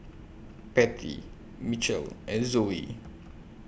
Patty Mitchel and Zoey